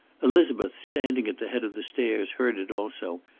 elizabeth, standing at the head of the stairs, heard it also,